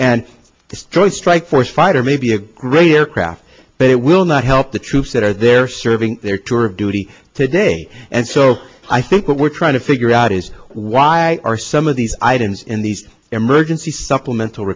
and destroy strike force fighter may be a great aircraft but it will not help the troops that are there serving their tour of duty today and so i think what we're trying to figure out is why are some of these items in these emergency supplemental